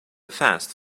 fast